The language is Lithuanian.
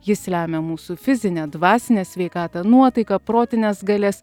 jis lemia mūsų fizinę dvasinę sveikatą nuotaiką protines galias